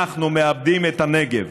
אנחנו מאבדים את הנגב.